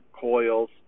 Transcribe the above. coils